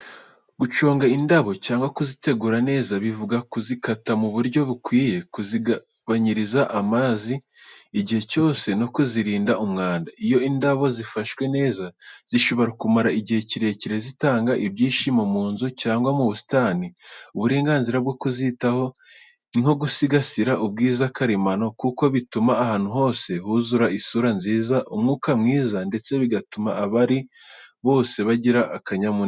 Guconga indabo cyangwa kuzitegura neza bivuga kuzikata mu buryo bukwiye, kuzigabanyiriza amazi igihe cyose, no kuzirinda umwanda. Iyo indabo zifashwe neza, zishobora kumara igihe kirekire zitanga ibyishimo mu nzu cyangwa mu busitani. Uburenganzira bwo kuzitaho ni nk’ugusigasira ubwiza karemano, kuko bituma ahantu hose huzura isura nziza, umwuka mwiza ndetse bigatuma abahari bose bagira akanyamuneza.